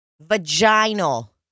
vaginal